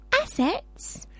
Assets